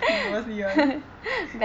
he purposely [one]